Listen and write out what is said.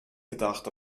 gedacht